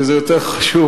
שזה יותר חשוב.